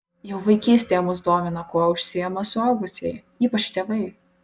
jau vaikystėje mus domina kuo užsiima suaugusieji ypač tėvai